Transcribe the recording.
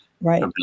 Right